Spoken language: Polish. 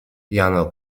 jano